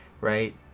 right